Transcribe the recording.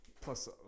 plus